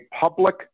public